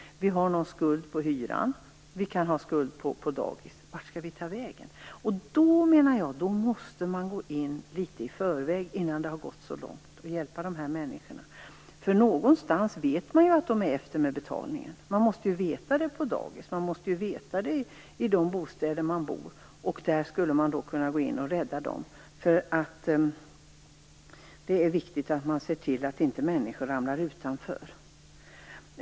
Vi har skuld på hyran och skulder till dagis. Vart skall vi ta vägen? Jag menar att man måste gå in och hjälpa dessa människor innan det har gått så långt. På något sätt borde ju dagis och hyresvärdarna känna till att de ligger efter med betalningarna. Man borde då kunna gå in och rädda dem, för det är viktigt att se till att människor inte ramlar utanför.